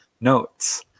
notes